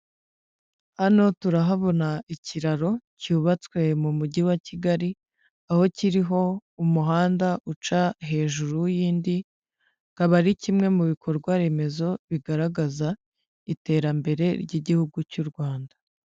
Hano turahabona ikiraro cyubatswe mu mujyi wa Kigali, aho kiriho umuhanda uca hejuru y'indi kikaba ari kimwe mu bikorwaremezo bigaragaza iterambere ry'igihugu cy'u Rwanda.